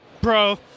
Bro